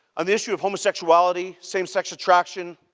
on the issue of homosexuality, same-sex attraction,